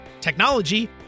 technology